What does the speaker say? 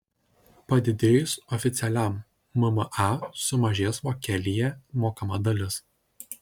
padidėjus oficialiam mma sumažės vokelyje mokama dalis